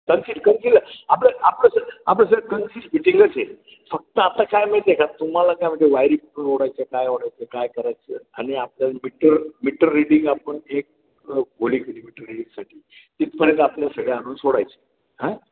conceal conceal आपलं आपलं sir आपलं सर कनसिल फिटिंगच आहे फक्त आता काय माहिती आहे का तुम्हाला काय म्हणजे वायरींग ओढायं काय ओढायचं काय करायचं आणि आपल्याला मीटर मीटर रिडिंग आपण एक होळी केली मीटर रिडिंगसाठी तिथपर्यंत आपल्या सगळ्या आणून सोडायचं हा